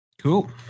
Cool